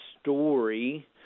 story